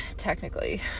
technically